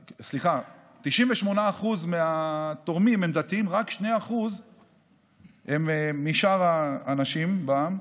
98% מהתורמים הם דתיים, רק 2% הם משאר האנשים בעם.